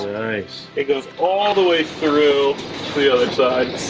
it goes all the way through the other side.